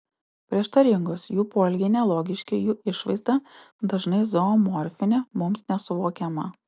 prieštaringos jų poelgiai nelogiški jų išvaizda dažnai zoomorfinė mums nesuvokiama